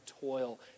toil